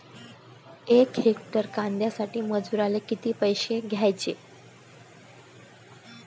यक हेक्टर कांद्यासाठी मजूराले किती पैसे द्याचे?